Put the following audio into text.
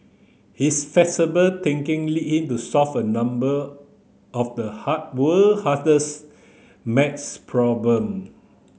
his flexible thinking led him to solve a number of the hard world hardest math problem